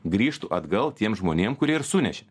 grįžtų atgal tiem žmonėm kurie ir sunešė